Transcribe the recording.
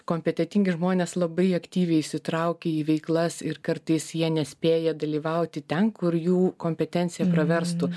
kompetetingi žmonės labai aktyviai įsitraukia į veiklas ir kartais jie nespėja dalyvauti ten kur jų kompetencija praverstų